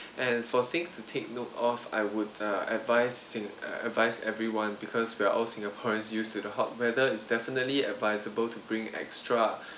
and for things to take note of I would uh advise sing~ uh advise everyone because we're all singaporeans used to the hot weather it's definitely advisable to bring extra